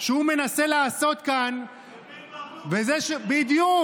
שהוא מנסה לעשות כאן, זה בין ברדוגו, בדיוק.